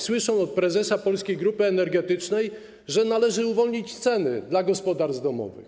Słyszą od prezesa Polskiej Grupy Energetycznej, że należy uwolnić ceny dla gospodarstw domowych.